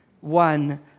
one